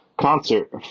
concert